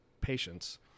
patients